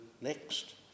next